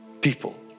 People